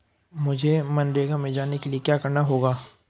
मुझे मनरेगा में जाने के लिए क्या करना होगा?